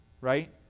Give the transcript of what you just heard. right